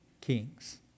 kings